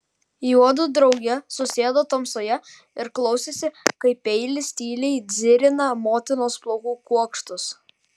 juodu drauge susėdo tamsoje ir klausėsi kaip peilis tyliai dzirina motinos plaukų kuokštus